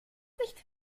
nicht